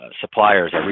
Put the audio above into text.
suppliers